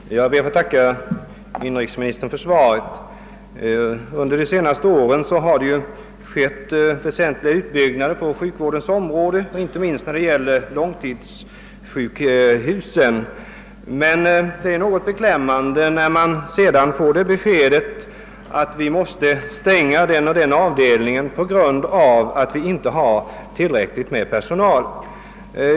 Herr talman! Jag ber att få tacka inrikesministern för svaret. Under de senaste åren har det skett väsentliga utbyggnader på sjukvårdens område, inte minst när det gäller långtidssjukhusen. Det är dock något beklämmande när man får upplysning om att avdelningar måste stängas på grund av att det inte finns tillräckligt med personal.